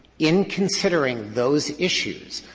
in considering those issues,